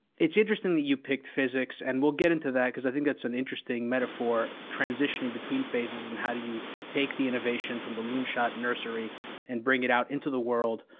it's interesting that you picked physics, and we'll get into that, because i think that's an interesting metaphor, transitioning between phases, and how do you take the innovation from the loonshot nursery and bring it out into the world.